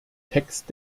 text